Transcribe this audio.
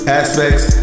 aspects